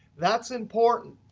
that's important.